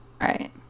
Right